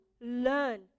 learn